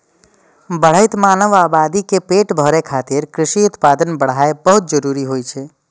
बढ़ैत मानव आबादी के पेट भरै खातिर कृषि उत्पादन बढ़ाएब बहुत जरूरी होइ छै